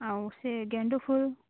ଆଉ ସେ ଗେଣ୍ଡୁ ଫୁଲ୍